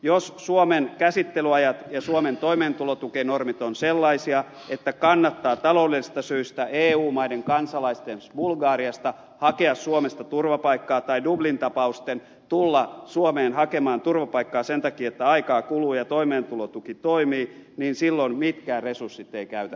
jos suomen käsittelyajat ja suomen toimeentulotukinormit ovat sellaisia että kannattaa taloudellisista syistä eu maiden kansalaisten esimerkiksi bulgariasta hakea suomesta turvapaikkaa tai dublin tapausten tulla suomeen hakemaan turvapaikkaa sen takia että aikaa kuluu ja toimeentulotuki toimii niin silloin mitkään resurssit eivät käytännössä riitä